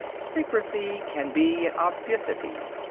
secrecy can be an obviousity.